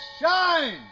shine